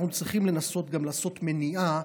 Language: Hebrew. אנחנו צריכים לנסות גם לעשות מניעה,